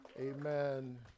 amen